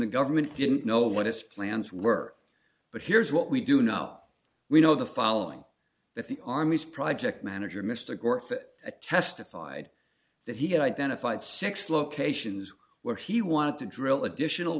the government didn't know what its plans were but here's what we do know we know the following that the army's project manager mr griffin a testified that he had identified six locations where he wanted to drill additional